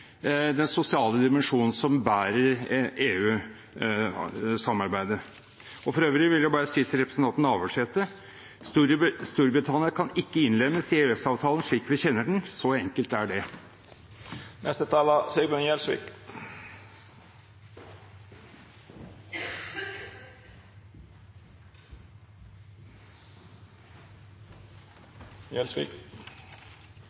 den sosiale dimensjon, som bærer EU-samarbeidet. For øvrig vil jeg bare si til representanten Navarsete: Storbritannia kan ikke innlemmes i EØS-avtalen slik vi kjenner den. Så enkelt er det. Til siste taler,